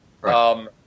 Right